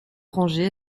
orangé